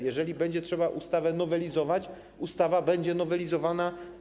Jeżeli będzie trzeba ustawę nowelizować, ustawa będzie nowelizowana.